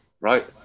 right